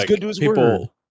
People